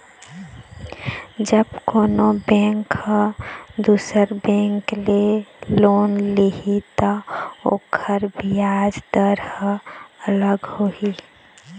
जब कोनो बेंक ह दुसर बेंक ले लोन लिही त ओखर बियाज दर ह अलग होही